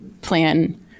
plan